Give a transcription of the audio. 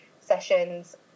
sessions